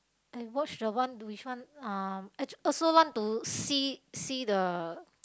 I watch the one the which one um actually also want to see see the